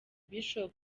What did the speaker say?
bishop